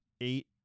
eight